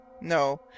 No